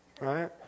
right